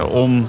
om